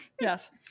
Yes